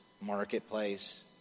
marketplace